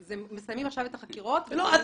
שמסיימים עכשיו את החקירות לגביו,